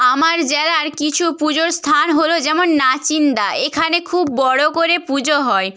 আমার জেলার কিছু পুজোর স্থান হল যেমন নাচিন্দা এখানে খুব বড় করে পুজো হয়